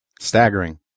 Staggering